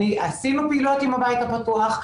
עשינו פעילויות עם הבית הפתוח,